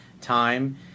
time